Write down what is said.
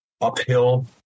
uphill